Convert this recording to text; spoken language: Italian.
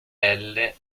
tale